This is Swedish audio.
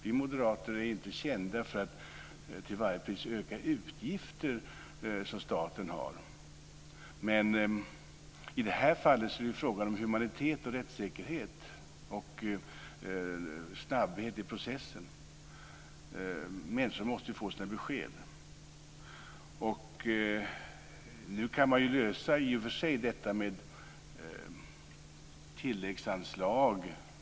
Vi moderater är inte kända för att till varje pris öka statens utgifter, men i det här fallet är det fråga om humanitet, rättssäkerhet och snabbhet i processen. Människor måste få sina besked. Nu kan man lösa det i och för sig med tilläggsanslag.